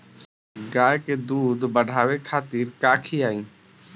गाय के दूध बढ़ावे खातिर का खियायिं?